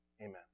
Amen